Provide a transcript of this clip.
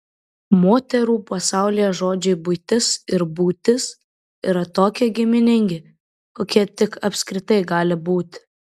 moterų pasaulyje žodžiai buitis ir būtis yra tokie giminingi kokie tik apskritai gali būti